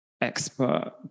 expert